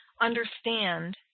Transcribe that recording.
understand